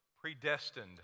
predestined